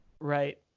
right